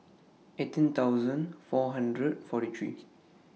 eighteen thousand four hundred forty three